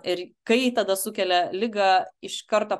ir kai tada sukelia ligą iš karto